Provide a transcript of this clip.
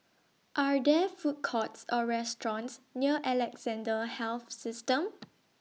Are There Food Courts Or restaurants near Alexandra Health System